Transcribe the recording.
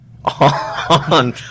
on